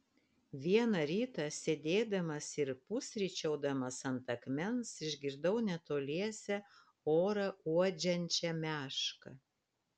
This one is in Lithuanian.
vieną rytą sėdėdamas ir pusryčiaudamas ant akmens išgirdau netoliese orą uodžiančią mešką